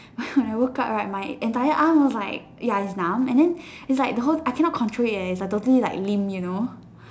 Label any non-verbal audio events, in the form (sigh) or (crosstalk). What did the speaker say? (breath) when I woke up right my entire arm was like ya it's numb and then it's like the whole I cannot control it it's like totally like limp you know